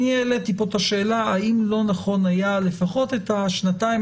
אני העליתי פה את השאלה האם לא נכון היה לפחות את השנתיים